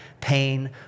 pain